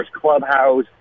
clubhouse